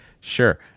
sure